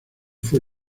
fue